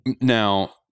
Now